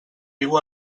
viu